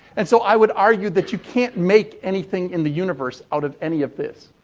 and so, i would argue that you can't make anything in the universe out of any of this.